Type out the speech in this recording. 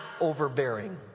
overbearing